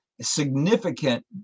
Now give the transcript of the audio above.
significant